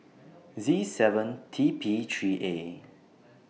Z seven T P three A